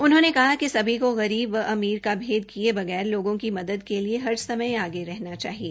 उन्होंने कहा कि सभी को गरीब व अमीर का भेद किये बगैर लोगों की मदद के लिए हर समय आगे रहना चाहिए